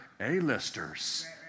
A-listers